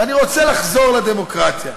ואני רוצה לחזור לדמוקרטיה,